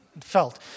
felt